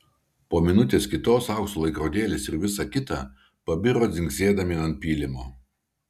po minutės kitos aukso laikrodėlis ir visa kita pabiro dzingsėdami ant pylimo